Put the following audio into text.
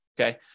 Okay